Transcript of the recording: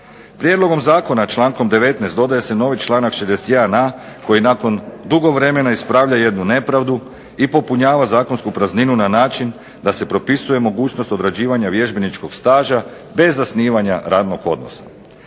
Prijedlogom zakona člankom 19. dodaje se novi članak 61.a koji nakon dugo vremena ispravlja jednu nepravdu i popunjava zakonsku prazninu na način da se propisuje mogućnost odrađivanja vježbeničkog staža bez zasnivanja radnog odnosa